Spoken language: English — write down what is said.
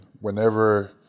whenever